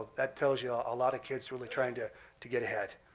that tells you a ah lot of kids really trying to to get ahead.